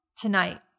tonight